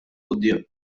quddiem